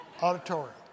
auditorium